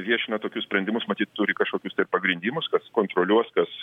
viešina tokius sprendimus matyt turi kažkokius tai ir pagrindimus kas kontroliuos kas